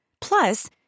Plus